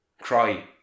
Cry